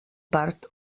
part